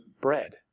bread